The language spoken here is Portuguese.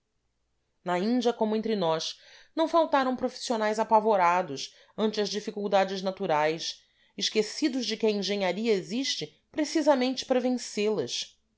na índia como entre nós não faltaram profissionais apavorados ante as dificuldades naturais esquecidos de que a engenharia existe precisamente para